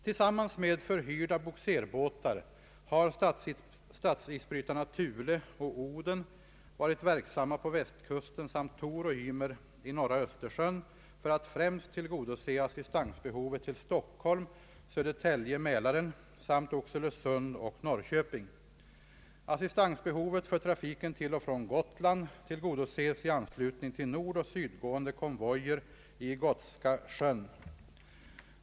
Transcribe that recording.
Tillsammans med förhyrda bogserbåtar har statsisbrytarna Thule och Oden varit verksamma på Västkusten samt Tor och Ymer i norra Östersjön för att främst tillgodose assistansbehovet till Stockholm, Södertälje samt Oxelösund och Norrköping. Assistansbehovet för trafiken till och från Gotland tillgodoses i anslutning till nordoch sydgående konvojer i Gotska sjön.